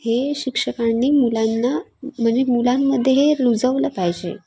हे शिक्षकांनी मुलांना म्हणजे मुलांमध्ये हे रुजवलं पाहिजे